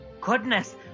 Goodness